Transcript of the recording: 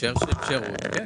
בהקשר של שירות, כן.